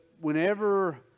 whenever